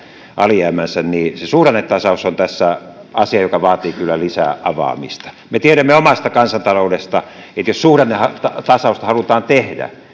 alijäämänsä niin se suhdannetasaus on tässä asia joka vaatii kyllä lisää avaamista me tiedämme omasta kansantaloudesta että jos suhdannetasausta halutaan tehdä